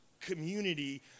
community